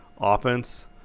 offense